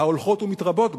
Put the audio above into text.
ההולכות ומתרבות גם,